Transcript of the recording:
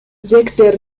зектер